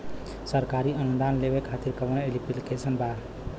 सरकारी अनुदान लेबे खातिर कवन ऐप्लिकेशन बा?